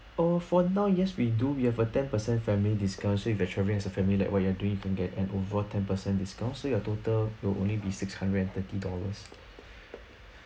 oh for now yes we do we have a ten percent family discount so if that travelling as a family network and you do even get an over ten percent discount so your total will only be six hundred and thirty dollars